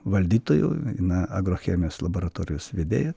valdytoju na agrochemijos laboratorijos vedėja